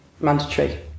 mandatory